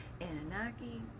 Anunnaki